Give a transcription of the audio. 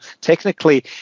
technically